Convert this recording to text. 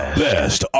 best